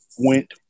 went